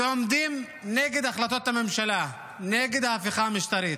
ועומדים נגד החלטות הממשלה, נגד ההפיכה המשטרית.